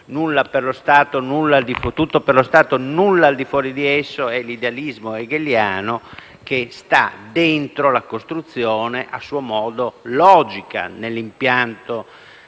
di riferimento. Tutto per lo Stato, nulla al di fuori di esso: è l'idealismo hegeliano che sta dentro la costruzione, a suo modo logica, dell'impianto